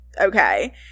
okay